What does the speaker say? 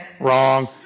Wrong